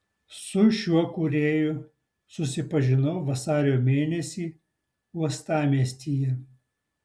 su šiuo kūrėju susipažinau vasario mėnesį uostamiestyje